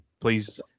Please